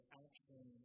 action